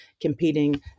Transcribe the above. competing